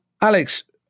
Alex